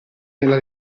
nella